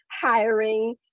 hiring